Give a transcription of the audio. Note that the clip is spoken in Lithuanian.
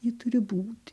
ji turi būti